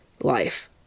life